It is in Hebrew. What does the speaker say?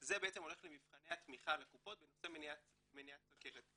זה בעצם הולך למבחני התמיכה לקופות לנושא מניעת סוכרת,